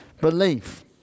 belief